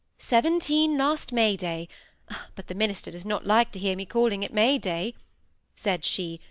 seventeen last may-day but the minister does not like to hear me calling it may-day said she,